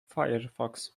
firefox